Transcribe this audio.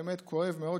באמת כואב מאוד,